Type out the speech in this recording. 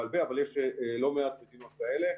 אבל יש לא מעט מדינות כאלה.